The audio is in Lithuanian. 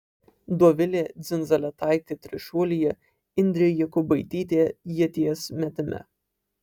dovilė dzindzaletaitė trišuolyje indrė jakubaitytė ieties metime